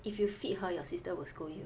if you feed her your sister will scold you